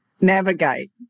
navigate